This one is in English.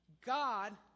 God